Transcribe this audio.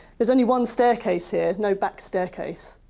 there's only one staircase here, no back staircase.